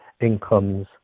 incomes